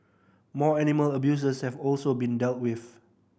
more animal abusers have also been dealt with